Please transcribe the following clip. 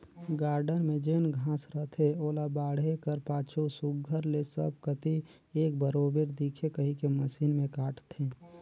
garden में जेन घांस रहथे ओला बाढ़े कर पाछू सुग्घर ले सब कती एक बरोबेर दिखे कहिके मसीन में काटथें